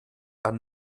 man